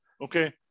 okay